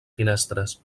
finestres